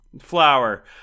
flower